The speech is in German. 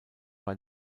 bei